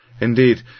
Indeed